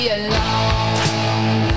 alone